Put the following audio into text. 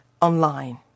online